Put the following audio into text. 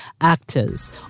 actors